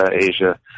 Asia